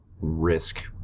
risk